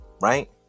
Right